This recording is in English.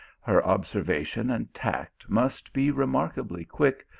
her observation and tact must be remarkably quick,